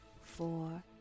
four